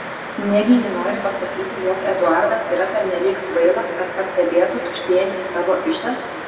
negi ji nori pasakyti jog eduardas yra pernelyg kvailas kad pastebėtų tuštėjantį savo iždą